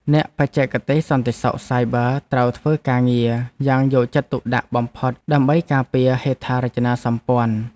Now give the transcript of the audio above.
អ្នកបច្ចេកទេសសន្តិសុខសាយប័រត្រូវធ្វើការងារយ៉ាងយកចិត្តទុកដាក់បំផុតដើម្បីការពារហេដ្ឋារចនាសម្ព័ន្ធ។